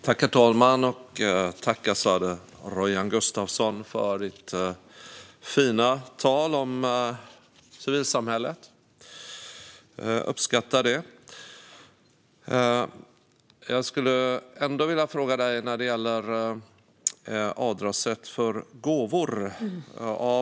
Herr talman! Tack, Azadeh Rojhan Gustafsson, för ditt fina tal om civilsamhället! Jag uppskattade det. Jag skulle ändå vilja ställa en fråga om avdragsrätt för gåvor.